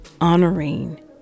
honoring